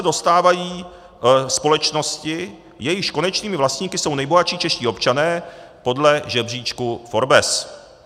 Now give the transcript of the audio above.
Dotace dostávají společnosti, jejichž konečnými vlastníky jsou nejbohatší čeští občané podle žebříčku Forbes.